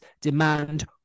Demand